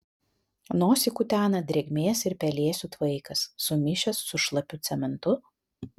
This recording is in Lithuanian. nosį kutena drėgmės ir pelėsių tvaikas sumišęs su šlapiu cementu